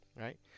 right